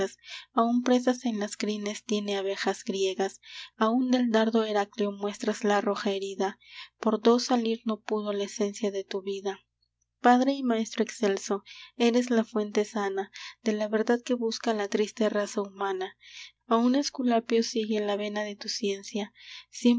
llegas aun presas en las crines tiene avejas griegas aun del dardo herakleo muestras la roja herida por do salir no pudo la esencia de tu vida padre y maestro excelso eres la fuente sana de la verdad que busca la triste raza humana aun esculapio sigue la vena de tu ciencia